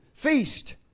Feast